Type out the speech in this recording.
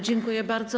Dziękuję bardzo.